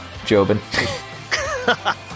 Jobin